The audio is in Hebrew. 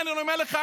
לכן אני אומר לך,